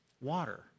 Water